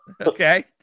okay